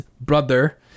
brother